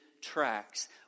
tracks